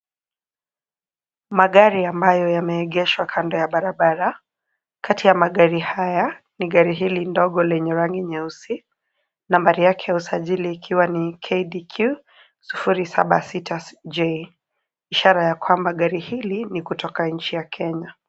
Magari ambayo yameegeshwa kando ya barabara. Kati ya magari haya ni gari hili dogo lenye rangi ya nyeusi. Nambari yake ya usajili ni KDQ 076J ishara ya kwamba gari hili ni kutoka nje ya Kenya.